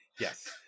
Yes